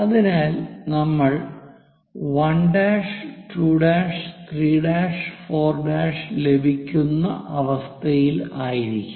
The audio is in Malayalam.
അതിനാൽ നമ്മൾ 1' 2' 3 4' ലഭിക്കുന്ന അവസ്ഥയിലായിരിക്കും